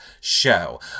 show